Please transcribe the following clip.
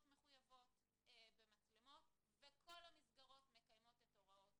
מחויבות במצלמות וכל המצלמות מקיימות את הוראות